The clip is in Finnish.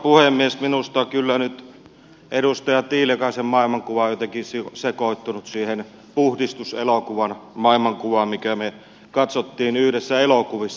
minusta kyllä nyt edustaja tiilikaisen maailmankuva on jotenkin sekoittunut siihen puhdistus elokuvan maailmankuvaan minkä me katsoimme yhdessä elokuvissa